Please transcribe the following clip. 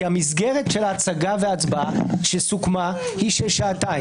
כי המסגרת של ההצגה וההצבעה שסוכמה היא של שעתיים.